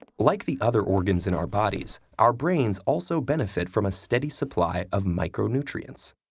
like the other organs in our bodies, our brains also benefit from a steady supply of micronutrients.